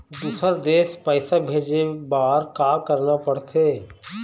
दुसर देश पैसा भेजे बार का करना पड़ते?